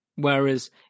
Whereas